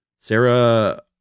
Sarah